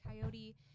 coyote